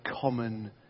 common